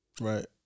Right